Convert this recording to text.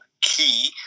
key